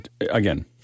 again